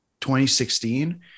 2016